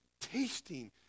tasting